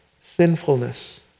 sinfulness